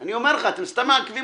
אני אומר לך, אתם סתם מעכבים